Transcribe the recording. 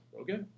okay